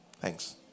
Thanks